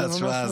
זה ממש מתאים.